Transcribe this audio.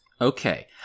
Okay